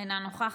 אינה נוכחת.